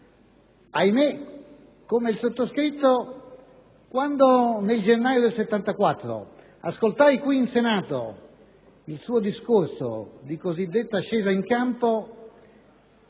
ahimè, come il sottoscritto, quando nel gennaio 1994 ascoltò qui in Senato il suo discorso di cosiddetta scesa in campo,